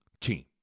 team